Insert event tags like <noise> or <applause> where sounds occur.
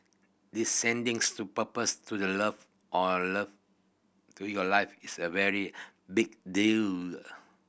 deciding <unintelligible> to propose to the love on love to your life is a very big deal